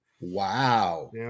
wow